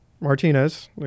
Martinez